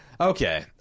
okay